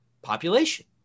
population